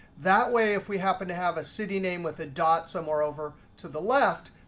that way if we happen to have a city name with a dot somewhere over to the left,